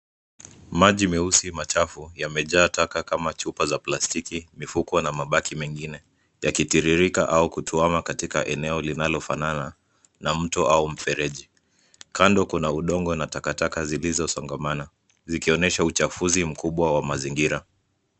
Maji meusi machafu yamejaa taka kama chupa za plastiki, mifuko na mabaki mengine yanatiririka au kutuama katika eneo linalofanana na mto au mfereji. Kando kuna udongo na takataka zilizosongamana zikionyesha uchafuzi mkubwa wa mazingira.